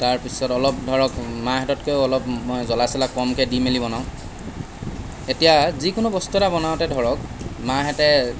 তাৰপিছত অলপ ধৰক মাহঁততকৈও মই অলপ জ্বলা চলা কমকৈ দি মেলি বনাওঁ এতিয়া যিকোনো বস্তু এটা বনাওঁতে ধৰক মাহঁতে